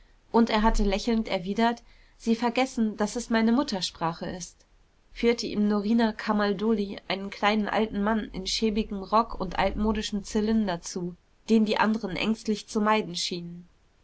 und er hatte lächelnd erwidert sie vergessen daß es meine muttersprache ist führte ihm norina camaldoli einen kleinen alten mann in schäbigem rock und altmodischem zylinder zu den die anderen ängstlich zu meiden schienen